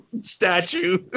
statue